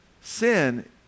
sin